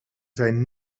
zijn